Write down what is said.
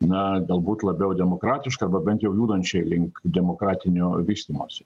na galbūt labiau demokratiška arba bent jau judančiai link demokratinio vystymosi